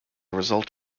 result